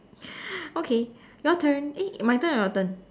okay your turn eh my turn or your turn